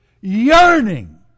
yearning